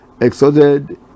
exalted